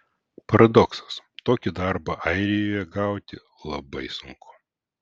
paradoksas tokį darbą airijoje gauti labai sunku